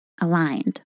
aligned